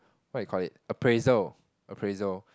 what you call it appraisal appraisal